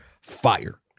fire